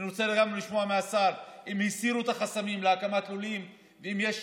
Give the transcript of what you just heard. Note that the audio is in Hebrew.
אני רוצה גם לשמוע מהשר אם הסירו את החסמים להקמת לולים ואם יש